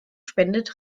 spendet